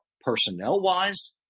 personnel-wise